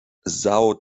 são